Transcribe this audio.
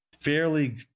fairly –